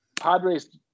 Padres